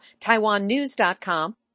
TaiwanNews.com